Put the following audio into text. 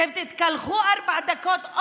אתם תתקלחו ארבע דקות,